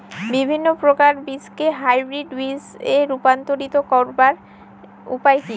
বিভিন্ন প্রকার বীজকে হাইব্রিড বীজ এ রূপান্তরিত করার উপায় কি?